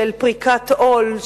של פריקת עול,